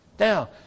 Now